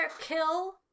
kill